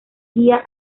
guía